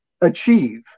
achieve